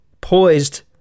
poised